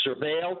surveil